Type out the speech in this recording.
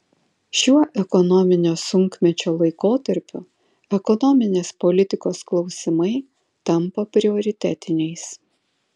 šiuo ekonominio sunkmečio laikotarpiu ekonominės politikos klausimai tampa prioritetiniais